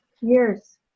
years